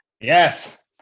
yes